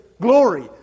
glory